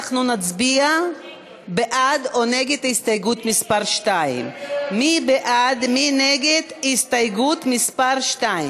נצביע בעד או נגד הסתייגות מס' 2. ההסתייגות של חבר הכנסת חיים